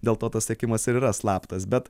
dėl to tas sekimas ir yra slaptas bet